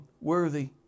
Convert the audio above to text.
worthy